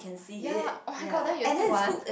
ya oh-my-god then you still want